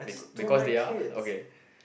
bec~ because they are okay